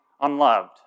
unloved